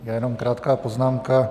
Já jenom krátkou poznámku.